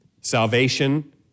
salvation